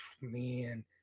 Man